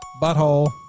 Butthole